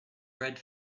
read